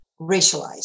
racialized